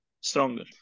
stronger